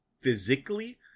physically